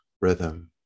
rhythm